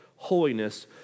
holiness